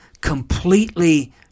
completely